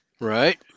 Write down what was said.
right